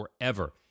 forever